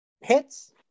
hits